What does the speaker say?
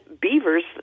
beavers